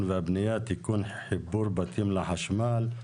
והבנייה (תיקון - חיבור בתים לחשמל),